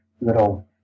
little